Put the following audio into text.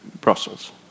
Brussels